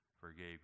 forgave